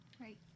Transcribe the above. right